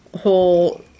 whole